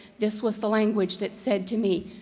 this was the language that said to me,